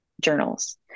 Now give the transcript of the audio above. journals